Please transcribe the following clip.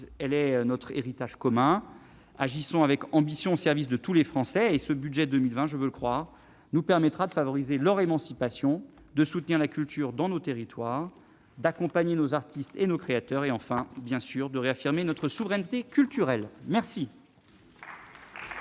elle est notre héritage commun. Agissons, avec ambition, au service de tous les Français. Ce budget pour 2020- je veux le croire -nous permettra de favoriser leur émancipation, de soutenir la culture dans nos territoires, d'accompagner nos artistes et nos créateurs et, enfin, de réaffirmer notre souveraineté culturelle !